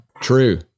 true